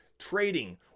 trading